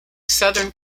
southern